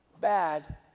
bad